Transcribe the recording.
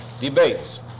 debates